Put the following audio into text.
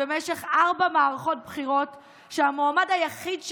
במשך ארבע מערכות בחירות שהמועמד היחיד שלהן,